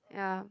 yeah